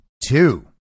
Two